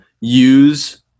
use